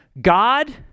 God